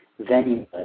venue